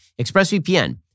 ExpressVPN